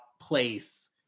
place